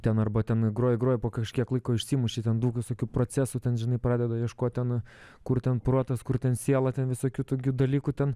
ten arba ten groji groji po kažkiek laiko išsimuši ten daug visokių procesų ten žinai pradeda ieškot ten kur ten protas kur ten siela ten visokių tokių dalykų ten